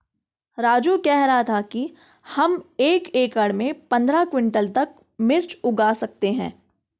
राजू कह रहा था कि हम एक एकड़ में पंद्रह क्विंटल तक मिर्च उगा सकते हैं